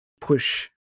push